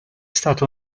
stato